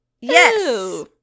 Yes